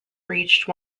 breached